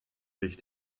sich